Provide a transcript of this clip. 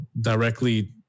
directly